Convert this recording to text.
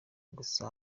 gusa